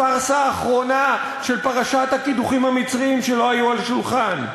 הפארסה האחרונה של פרשת הקידוחים המצריים שלא היו על השולחן.